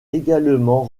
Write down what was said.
également